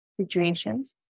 situations